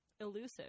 elusive